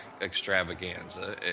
extravaganza